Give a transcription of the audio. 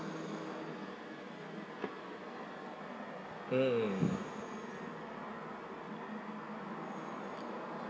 mm